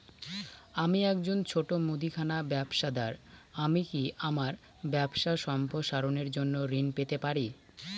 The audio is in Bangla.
আমি একজন ছোট মুদিখানা ব্যবসাদার আমি কি আমার ব্যবসা সম্প্রসারণের জন্য ঋণ পেতে পারি?